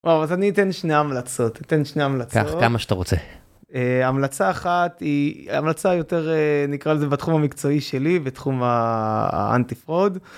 אז אני אתן שני המלצות, אתן שני המלצות, קח כמה שאתה רוצה. המלצה אחת היא המלצה יותר נקרא לזה בתחום המקצועי שלי בתחום האנטי פרוד.